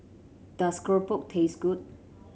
does keropok taste good